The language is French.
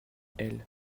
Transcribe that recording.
elles